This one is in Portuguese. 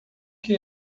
que